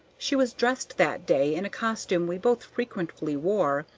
she was dressed that day in a costume we both frequently wore,